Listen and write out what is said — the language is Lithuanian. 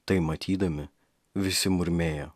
tai matydami visi murmėjo